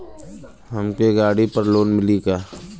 हमके गाड़ी पर लोन मिली का?